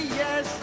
yes